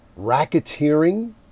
racketeering